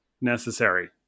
necessary